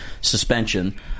suspension